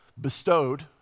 bestowed